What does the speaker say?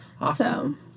Awesome